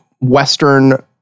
Western